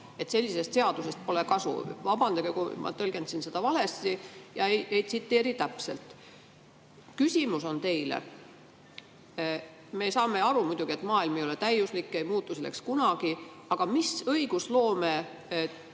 ja sellisest seadusest pole kasu. Vabandage, kui ma tõlgendasin seda valesti, ei tsiteeri täpselt. Küsimus teile. Me saame aru muidugi, et maailm ei ole täiuslik ega muutu selleks kunagi, aga mis soovituse